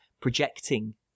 projecting